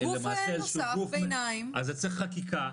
מחזיקים גוף נוסף, אז זה צריך חקיקה.